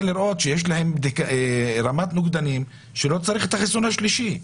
לראות שיש להם רמת נוגדנים שלא מצריכה את החיסון השלישי.